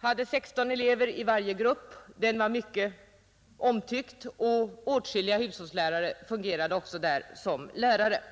hade 16 elever i varje grupp. Den var mycket omtyckt, och åtskilliga hushållslärare fungerade också där som lärare.